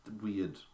weird